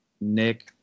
Nick